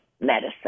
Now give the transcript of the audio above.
medicine